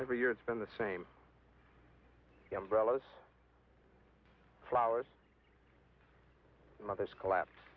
every year it's been the same relatives flowers and mother's collapse